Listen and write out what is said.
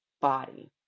body